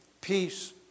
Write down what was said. peace